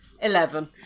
Eleven